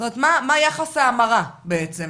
זאת אומרת מה יחס ההמרה בעצם,